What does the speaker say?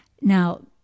Now